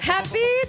Happy